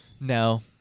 No